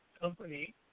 company